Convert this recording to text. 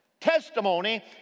testimony